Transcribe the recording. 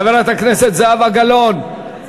חברת הכנסת זהבה גלאון,